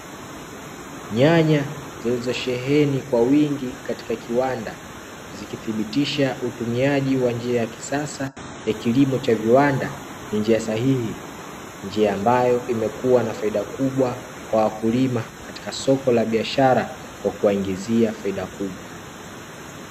Nyanya zilizosheheni kwa wingi katika kiwanda zikithibitisha utumiaji wa njia ya kisasa ya kilimo cha viwanda ni njia sahihi, njia ambayo imekuwa na faida kubwa kwa wakulima katika soko la biashara kwa kuwaingizia faida kubwa.